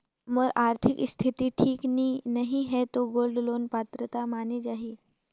मोर आरथिक स्थिति ठीक नहीं है तो गोल्ड लोन पात्रता माने जाहि?